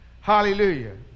Hallelujah